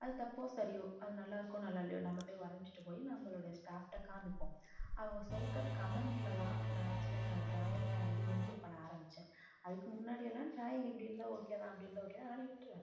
அது தப்போ சரியோ அது நல்லா இருக்கோ நல்லா இல்லையோ நம்ம அப்படியே வரைஞ்சிட்டு போய் நம்மளோடய ஸ்டாஃப்கிட்ட காமிப்போம் அவங்க சொல்ற கமெண்டில் தான் நான் ஆக்சுவலா என்னோடய டிராயிங்கை வந்து இம்ப்ரூவ் பண்ண ஆரம்பித்தேன் அதுக்கு முன்னாடியெல்லாம் டிராயிங் இப்படி இருந்தால் ஓகே தான் அப்படி இருந்தால் ஓகே தானு நானும் விட்டிருவேன்